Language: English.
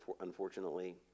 unfortunately